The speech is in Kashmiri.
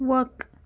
وق